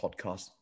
podcast